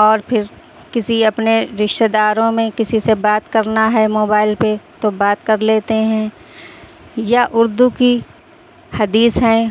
اور پھر کسی اپنے رشتہ داروں میں کسی سے بات کرنا ہے موبائل پہ تو بات کر لیتے ہیں یا اردو کی حدیث ہیں